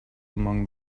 among